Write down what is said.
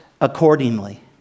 accordingly